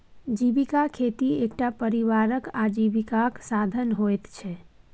जीविका खेती एकटा परिवारक आजीविकाक साधन होइत छै